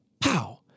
Pow